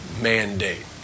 Mandate